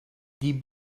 die